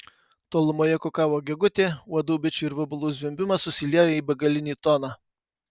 tolumoje kukavo gegutė uodų bičių ir vabalų zvimbimas susiliejo į begalinį toną